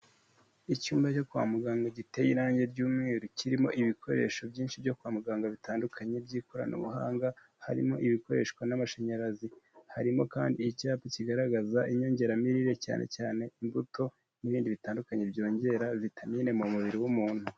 Icyumba cyo kwa muganga giteye irangi ry'umweru, kirimo ibikoresho byinshi byo kwa muganga bitandukanye by'ikoranabuhanga, harimo ibikoreshwa n'amashanyarazi, harimo kandi icyapa kigaragaza inyongeramirire cyane cyane imbuto, n'ibindi bitandukanye byongera vitamine mu mubiri w'umuntu.